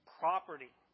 property